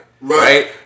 right